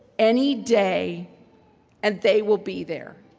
any day and they will be there.